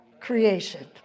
creation